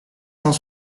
cent